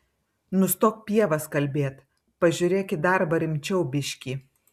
nustok pievas kalbėt pažiūrėk į darbą rimčiau biškį